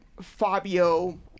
Fabio